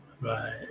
Right